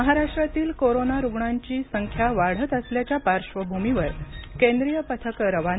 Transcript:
महाराष्ट्रातील कोरोना रुग्णांची संख्या वाढत असल्याच्या पार्श्वभूमीवर केंद्रीय पथकं रवाना